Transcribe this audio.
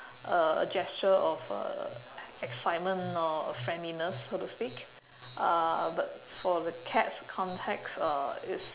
uh a gesture of uh excitement or friendliness so to speak uh but for the cats' context uh is